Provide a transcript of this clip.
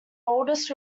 oldest